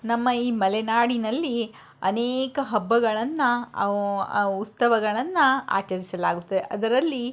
ನಮ್ಮ ಈ ಮಲೆನಾಡಿನಲ್ಲಿ ಅನೇಕ ಹಬ್ಬಗಳನ್ನು ಉತ್ಸವಗಳನ್ನು ಆಚರಿಸಲಾಗುತ್ತದೆ ಅದರಲ್ಲಿ